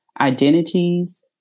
identities